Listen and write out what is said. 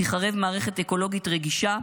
תיחרב מערכת אקולוגית רגישה,